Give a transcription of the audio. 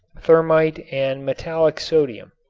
thermit and metallic sodium.